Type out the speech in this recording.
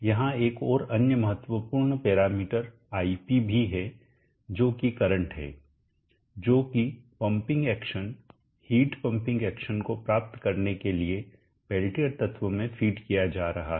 यहां एक और अन्य महत्वपूर्ण पैरामीटर आईपी भी है जो की करंट है जो कि pumping action hit pumping action को प्राप्त करने के लिए पेल्टियर तत्व में फीड किया जा रहा है